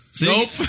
Nope